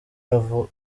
akavuga